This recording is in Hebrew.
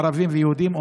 ערבים ויהודים,